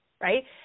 right